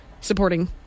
supporting